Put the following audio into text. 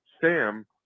Sam